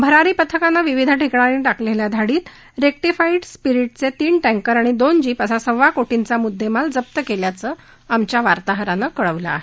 भरारी पथकानं विविध ठिकाणी टाकलेल्या धाडीत रेक्टीफाईड स्पिरीटचे तीन टँकर आणि दोन जीप असा सव्वा कोटी चा मुद्देमाल जप्त केल्याचं आमच्या वार्ताहरानं कळवलं आहे